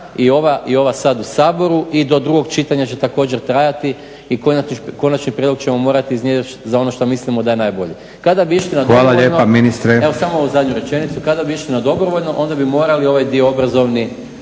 i ova sad u Saboru i do drugog čitanja će također trajati i konačni prijedlog ćemo morati … za ono što mislimo da je najbolje. Kada bi išli na dobrovoljno… **Leko, Josip (SDP)** Hvala